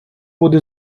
буде